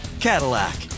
Cadillac